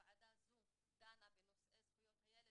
הוועדה לזכויות הילד